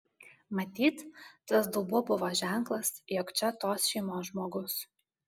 matyt tas dubuo buvo ženklas jog čia tos šeimos žmogus